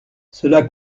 cela